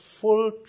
full